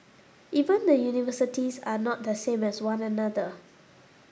even the universities are not the same as one another